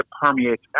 permeates